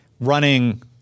running